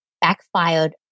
backfired